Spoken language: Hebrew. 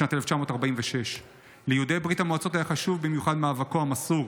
בשנת 1946. ליהודי ברית המועצות היה חשוב במיוחד מאבקו המסור,